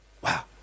Wow